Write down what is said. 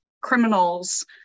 criminals